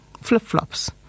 flip-flops